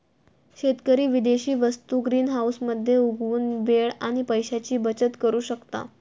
शेतकरी विदेशी वस्तु ग्रीनहाऊस मध्ये उगवुन वेळ आणि पैशाची बचत करु शकता